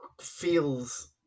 feels